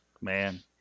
Man